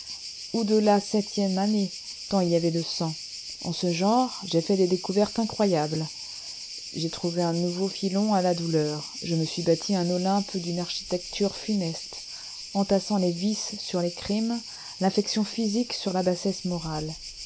ou de la septième année tant il y avait de sang en ce genre j'ai fait des découvertes incroyables j'ai trouvé un nouveau filon à la douleur je me suis bâti un olympe d'une architecture funeste entassant les vices sur les crimes l'infection physique sur la bassesse morale